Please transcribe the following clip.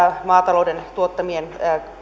maatalouden tuottamia